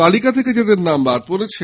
তালিকা থেকে যাদের নাম বাদ পড়েছে